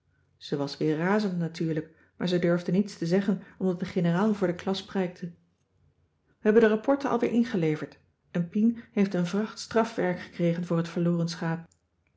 ze was weer razend natuurlijk maar ze durfde niets te zeggen omdat de generaal voor de klas prijkte we hebben de rapporten al weer ingeleverd en pien heeft een vracht strafwerk gekregen voor het verloren schaap